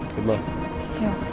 luck me too